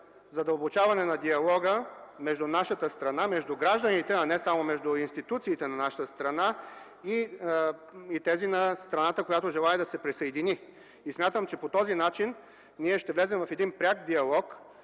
задълбочаване на диалога между гражданите (а не само между институциите) на нашата страна и страната, която желае да се присъедини. Смятам, че по този начин ние ще влезем в пряк диалог